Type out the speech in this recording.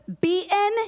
beaten